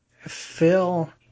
Phil